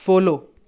follow